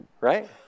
right